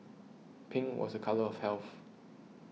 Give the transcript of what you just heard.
pink was a colour of health